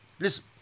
Listen